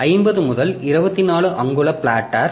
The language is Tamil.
50 முதல் 24 அங்குல பிளாட்டர்